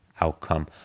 outcome